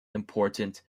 important